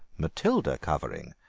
matilda cuvering,